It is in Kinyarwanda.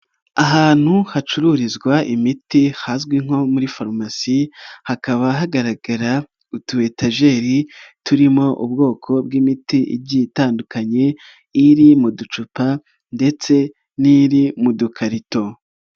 Ahantu hacururizwa imiti hazwi nko muri farumasi, hakaba hagaragara utu etajeri turimo ubwoko bw'imiti igiye itandukanye, iri mu ducupa ndetse n'iri mu dukarito.